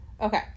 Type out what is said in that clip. Okay